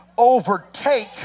overtake